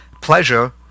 pleasure